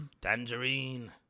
Tangerine